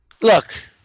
Look